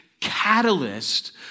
catalyst